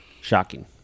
Shocking